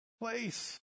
place